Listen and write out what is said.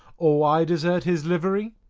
or why desert his livery?